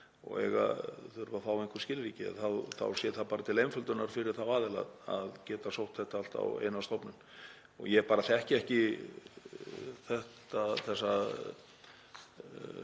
og þurfa að fá einhver skilríki, að þá sé það bara til einföldunar fyrir þá aðila að geta sótt þetta allt á eina stofnun. Ég bara þekki ekki þetta sem